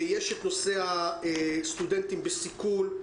יש את נושא הסטודנטים בסיכון,